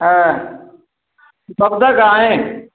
हाँ कब तक आएं